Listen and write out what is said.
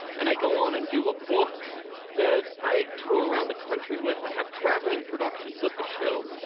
and i go on and do a book that i tour around the country with. i have traveling productions of the show.